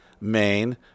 Maine